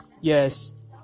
Yes